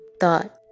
thought